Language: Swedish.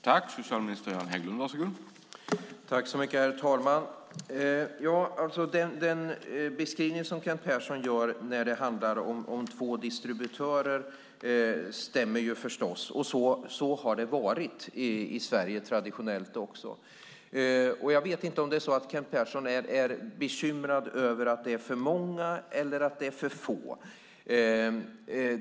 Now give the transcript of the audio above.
Herr talman! Kent Perssons beskrivning att det handlar om två distributörer stämmer förstås, och så har det traditionellt varit i Sverige. Jag vet inte om Kent Persson är bekymrad över att det är för många eller att det är för få.